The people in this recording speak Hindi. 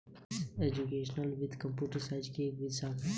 कंप्युटेशनल वित्त कंप्यूटर साइंस की ही एक शाखा है